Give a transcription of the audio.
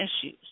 issues